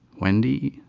wendy.